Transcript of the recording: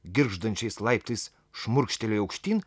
girgždančiais laiptais šmurkštelėjo aukštyn